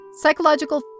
psychological